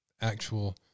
actual